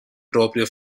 proprio